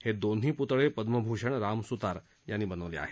हे दोन्ही पुतळे पद्मभूषण राम सुतार यांनीच बनवले आहेत